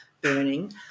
burning